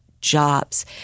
jobs